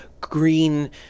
green